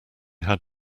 had